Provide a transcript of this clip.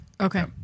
Okay